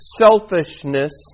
Selfishness